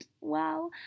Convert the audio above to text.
wow